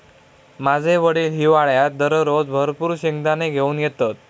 माझे वडील हिवाळ्यात दररोज भरपूर शेंगदाने घेऊन येतत